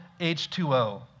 H2O